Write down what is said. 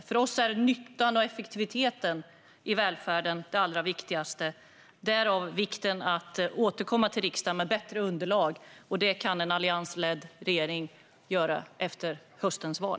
För oss är nyttan och effektiviteten i välfärden det allra viktigaste - därav vikten av att återkomma till riksdagen med bättre underlag. Det kan en alliansledd regering göra efter höstens val.